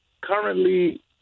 currently